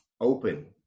open